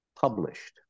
published